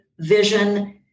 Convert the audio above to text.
vision